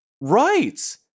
right